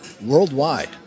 worldwide